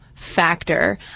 factor